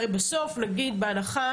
הרי בסוף, נגיד בהנחה